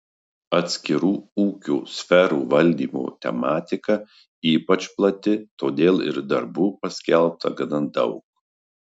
atskirų ūkio sferų valdymo tematika ypač plati todėl ir darbų paskelbta gana daug